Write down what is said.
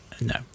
no